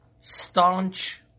staunch